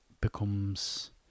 becomes